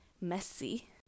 messy